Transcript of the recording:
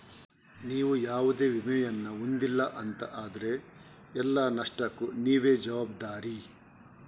ನೀವು ಯಾವುದೇ ವಿಮೆಯನ್ನ ಹೊಂದಿಲ್ಲ ಅಂತ ಆದ್ರೆ ಎಲ್ಲ ನಷ್ಟಕ್ಕೂ ನೀವೇ ಜವಾಬ್ದಾರಿ